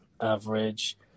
average